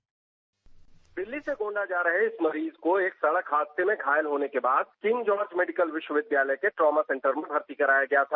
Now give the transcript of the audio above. dispatch Delhi से गोंडा जा रहे इस मरीज को एक सड़क हादसे में घायल होने के बाद किंग जॉर्ज मेडिकल विश्वविद्यालय के ट्रॉमा सेंटर में भर्ती कराया गया था